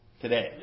today